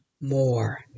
more